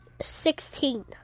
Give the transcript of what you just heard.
sixteen